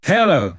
Hello